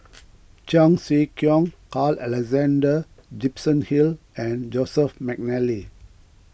Cheong Siew Keong Carl Alexander Gibson Hill and Joseph McNally